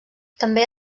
també